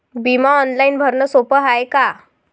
बिमा ऑनलाईन भरनं सोप हाय का?